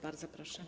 Bardzo proszę.